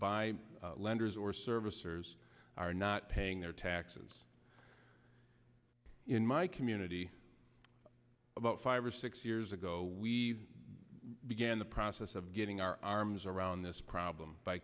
y lenders or servicers are not paying their taxes in my community about five or six years ago we began the process of getting our arms around this problem by